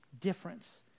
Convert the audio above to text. difference